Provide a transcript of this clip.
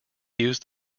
used